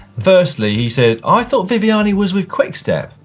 firstly he said, i thought viviani was with quickstep?